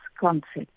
concept